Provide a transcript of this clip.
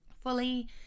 Fully